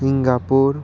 Singapore